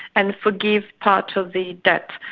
and forgive part of the debt.